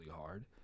hard